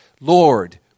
Lord